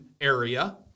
area